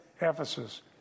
Ephesus